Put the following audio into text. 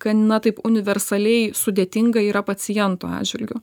gana taip universaliai sudėtinga yra paciento atžvilgiu